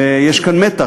ויש כאן מתח,